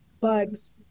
bugs